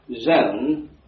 zone